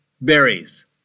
berries